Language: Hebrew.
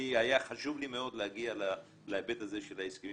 היה חשוב לי מאוד להגיע להיבט הזה של ההסכמים